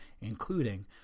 including